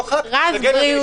בדוחק, אגן על זה משפטית.